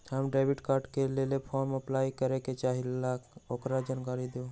हम debit card के लेल फॉर्म अपलाई करे के चाहीं ल ओकर जानकारी दीउ?